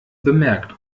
bemerkt